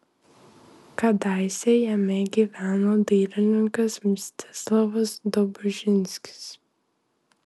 kadaise jame gyveno dailininkas mstislavas dobužinskis